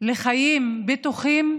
לחיים בטוחים,